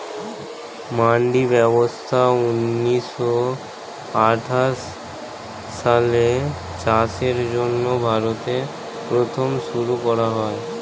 মান্ডি ব্যবস্থা ঊন্নিশো আঠাশ সালে চাষের জন্য ভারতে প্রথম শুরু করা হয়